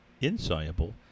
insoluble